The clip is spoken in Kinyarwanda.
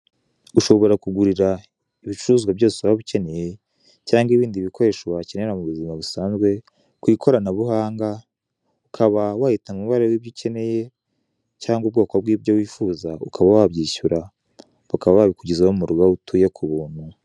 Ushobora kugurira ibicuruzwa byose waba ukeneye cyangwa ibindi bikoresho wakenera mu buzima busanzwe kw'ikoranabuhanga, ukaba wahitamo umubare w'ibyo ukeneye cyangwa ubwoko bw'ibyo wifuza ukaba wabyishyura bakaba babikugezaho murugo aho utuye kubuntu.